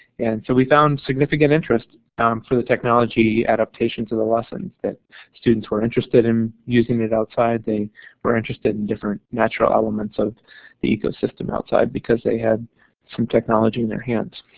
and so we found significant interest for the technology adaptations of the lesson that students were interested in using it outside they were interested in different natural elements of the ecosystem outside because they had some technology in their hands